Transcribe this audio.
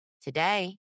Today